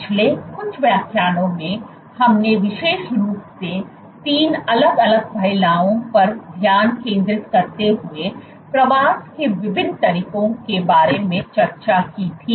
पिछले कुछ व्याख्यानों में हमने विशेष रूप से 3 अलग अलग पहलुओं पर ध्यान केंद्रित करते हुए प्रवास के विभिन्न तरीकों के बारे में चर्चा की थी